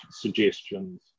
suggestions